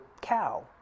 cow